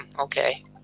okay